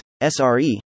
SRE